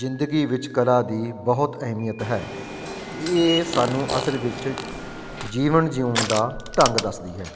ਜ਼ਿੰਦਗੀ ਵਿੱਚ ਕਲਾ ਦੀ ਬਹੁਤ ਅਹਿਮੀਅਤ ਹੈ ਇਹ ਸਾਨੂੰ ਅਸਲ ਵਿੱਚ ਜੀਵਨ ਜਿਉਣ ਦਾ ਢੰਗ ਦੱਸਦੀ ਹੈ